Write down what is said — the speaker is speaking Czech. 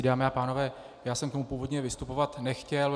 Dámy a pánové, já jsem k tomu původně vystupovat nechtěl.